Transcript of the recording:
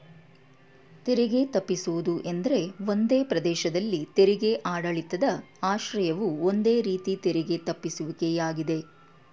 ತೆರಿಗೆ ತಪ್ಪಿಸುವುದು ಎಂದ್ರೆ ಒಂದೇ ಪ್ರದೇಶದಲ್ಲಿ ತೆರಿಗೆ ಆಡಳಿತದ ಆಶ್ರಯವು ಒಂದು ರೀತಿ ತೆರಿಗೆ ತಪ್ಪಿಸುವಿಕೆ ಯಾಗಿದೆ